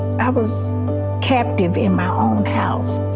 i was captive in my own house.